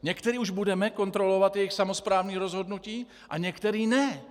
Některé už budeme kontrolovat jejich samosprávné rozhodnutí a některé ne.